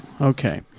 Okay